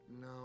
No